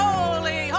Holy